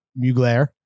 Mugler